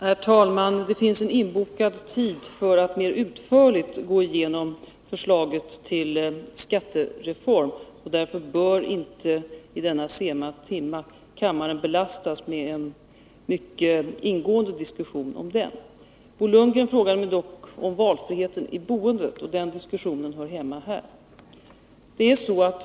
Herr talman! Det finns en inbokad tid för att mer utförligt gå igenom förslaget till skattereform, och därför bör inte vid denna sena timme kammarens ledamöter belastas med en mycket ingående diskussion om den. Bo Lundgren frågar mig dock om valfriheten i boendet, och den diskussionen hör hemma här.